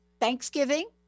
Thanksgiving